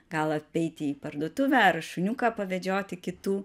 gal apeiti į parduotuvę ar šuniuką pavedžioti kitų